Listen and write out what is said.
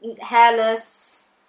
hairless